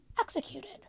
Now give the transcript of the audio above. executed